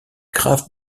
grave